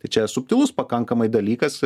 tai čia subtilus pakankamai dalykas